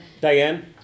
Diane